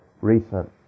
recent